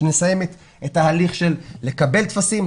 כשנסיים את קבלת הטפסים,